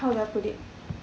how do I put it